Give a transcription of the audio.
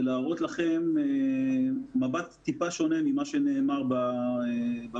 להראות לכם מבט מעט שונה ממה שנאמר בוועדה.